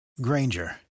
Granger